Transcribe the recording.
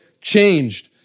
Changed